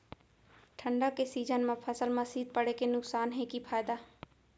ठंडा के सीजन मा फसल मा शीत पड़े के नुकसान हे कि फायदा?